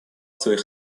своих